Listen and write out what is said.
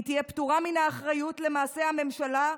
היא תהיה פטורה מן האחריות למעשי הממשלה,